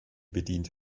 bedient